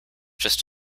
just